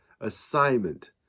assignment